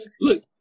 Look